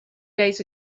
days